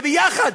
וביחד,